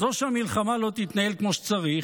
אז או שהמלחמה לא תתנהל כמו שצריך